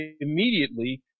immediately